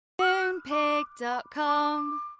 Moonpig.com